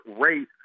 rate